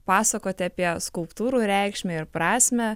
pasakoti apie skulptūrų reikšmę ir prasmę